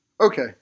Okay